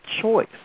choice